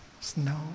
snow